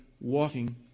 walking